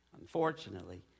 Unfortunately